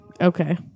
okay